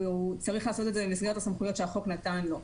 הוא צריך לעשות את זה במסגרת הסמכויות שהחוק נתן לו.